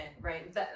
right